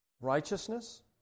righteousness